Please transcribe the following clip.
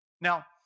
Now